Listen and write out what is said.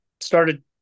started